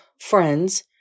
friends